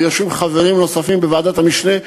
ויושבים חברים נוספים בוועדת המשנה,